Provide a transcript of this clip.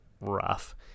rough